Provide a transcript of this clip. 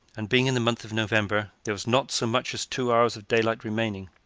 and being in the month of november, there was not so much as two hours of daylight remaining.